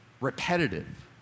Repetitive